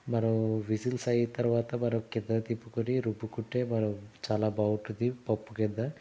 మనము విజిల్స్ అయిన తర్వాత కింద దింపుకొని రుబ్బుకుంటే మనం చాలా బాగుంటుంది పప్పుకింద